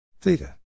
theta